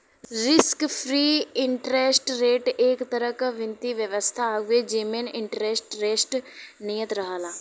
risk free interest rate एक तरह क वित्तीय व्यवस्था हउवे जेमन इंटरेस्ट रेट नियत रहला